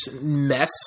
mess